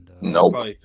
Nope